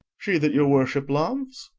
she that your worship loves?